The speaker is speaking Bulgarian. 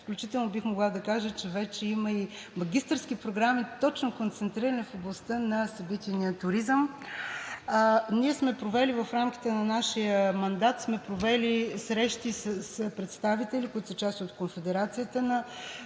включително бих могла да кажа, че вече има и магистърски програми, концентрирани точно в областта на събитийния туризъм. В рамките на нашия мандат сме провели срещи с представители, които са част от Конфедерацията на